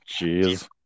Jeez